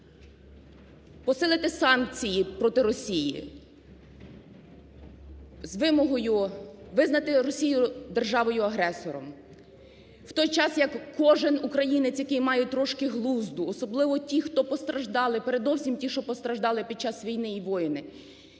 посилити санкції проти Росії, з вимогою визнати Росію державою-агресором; в той час, як кожен українець, який має трішки глузду, особливо ті, хто постраждали, передовсім ті, що постраждали під час війни, і воїни,